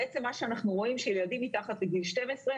בעצם מה שאנחנו רואים זה שילדים מתחת לגיל 12,